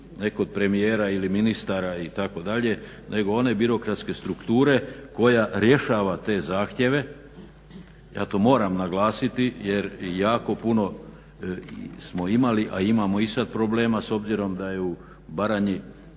ne kod premijera ili ministara itd. nego one birokratske strukture koja rješava te zahtjeve. Ja to moram naglasiti jer jako puno smo imali a imamo i sada problema s obzirom da je u Baranji